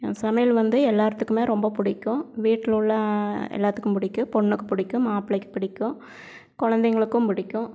சமையல் வந்து எல்லார்த்துக்குமே ரொம்ப பிடிக்கும் வீட்டில் உள்ள எல்லாத்துக்குமே பிடிக்கும் பொண்ணுக்கு பிடிக்கும் மாப்பிள்ளைக்கு பிடிக்கும் குழந்தைங்களுக்கும் பிடிக்கும்